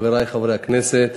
חברי חברי הכנסת,